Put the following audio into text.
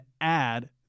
add